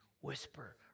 Whisper